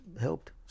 helped